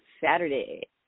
Saturday